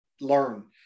learn